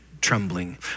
trembling